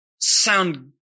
sound